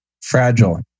Fragile